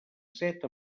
set